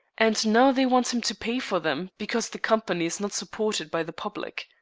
and now they want him to pay for them because the company is not supported by the public.